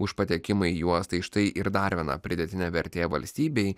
už patekimą į juos tai štai ir dar viena pridėtinė vertė valstybei